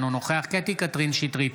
אינו נוכח קטי קטרין שטרית